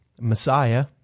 Messiah